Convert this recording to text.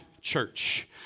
church